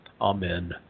Amen